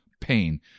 pain